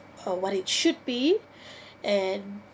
uh what it should be and